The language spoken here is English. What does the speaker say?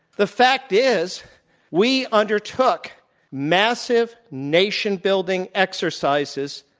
the fact is we undertook massive nation building exercises,